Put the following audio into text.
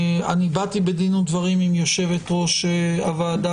באתי בדין ודברים עם יושבת-ראש הוועדה,